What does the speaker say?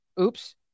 Oops